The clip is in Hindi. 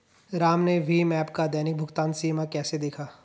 राम ने भीम ऐप का दैनिक भुगतान सीमा कैसे देखा?